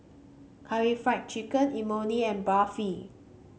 Karaage Fried Chicken Imoni and Barfi